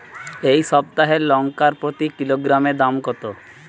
এই সপ্তাহের লঙ্কার প্রতি কিলোগ্রামে দাম কত?